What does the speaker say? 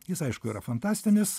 jis aišku yra fantastinis